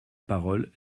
parole